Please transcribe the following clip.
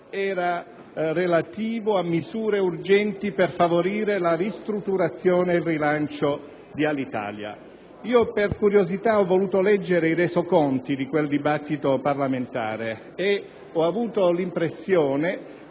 era relativo a misure urgenti per favorire la ristrutturazione e il rilancio di Alitalia. Per curiosità ho voluto leggere i resoconti di quel dibattito parlamentare e ho avuto l'impressione